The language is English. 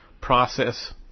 process